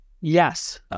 Yes